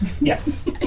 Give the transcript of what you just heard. Yes